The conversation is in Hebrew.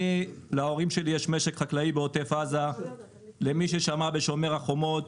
להורים שלי יש משק חקלאי בעוטף עזה וב"שומר החומות"